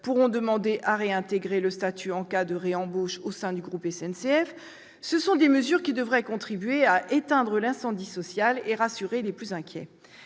pourront demander à réintégrer le statut en cas de réembauche au sein du groupe SNCF. Ce sont là des mesures qui devraient contribuer à éteindre l'incendie social et à rassurer les plus inquiets.